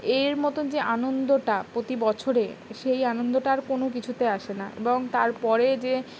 এর মতোন যে আনন্দটা প্রতি বছরে সেই আনন্দটা আর কোনো কিছুতে আসে না এবং তারপরে যে